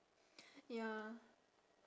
ya